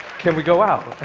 can we go out?